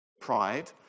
pride